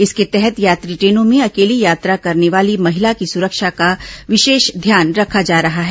इसके तहत यात्री ट्रेनों में अकेली यात्रा करने वाली महिला की सुरक्षा का विशेष ध्यान रखा जा रहा है